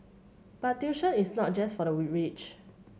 but tuition is not just for the rich